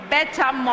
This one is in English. Better